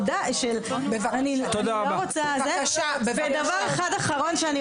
ודבר אחד אחרון שאני רוצה.